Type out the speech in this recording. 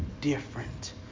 different